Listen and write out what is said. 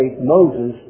Moses